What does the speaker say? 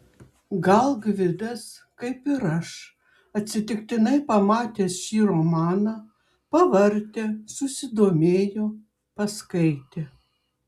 gal gvidas kaip ir aš atsitiktinai pamatęs šį romaną pavartė susidomėjo paskaitė